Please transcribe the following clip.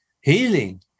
healing